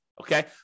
Okay